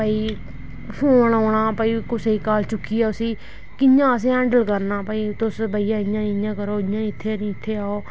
भाई फोन आना भाई कुसै दी काल चुक्कियै' उसी कि'यां उसी हैंडल करना भाई तुस भैया इ'यां इ'यां करो इ'यां इत्थै नी इत्थै आओ